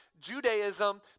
Judaism